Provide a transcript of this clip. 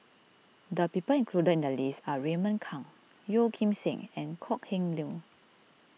the people included in the list are Raymond Kang Yeo Kim Seng and Kok Heng Leun